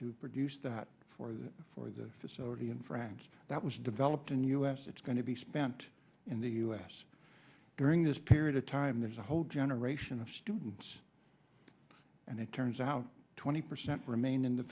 to produce that for the for the facility in france that was developed and us it's going to be spent in the u s during this period of time there's a whole generation of students and it turns out twenty percent remain in the